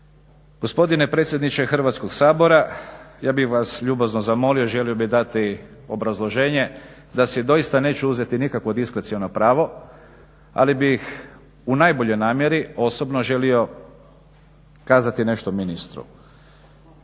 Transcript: Gospodine predsjedniče Hrvatskog sabora ja bih vas ljubazno zamolio, želio bih dati obrazloženje da si doista neću uzeti nikakvo diskreciono pravo ali bih u najboljoj namjeri osobno želio kazati nešto ministru.